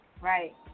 right